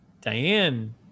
Diane